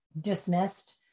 dismissed